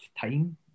time